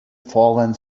fallen